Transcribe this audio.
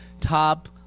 top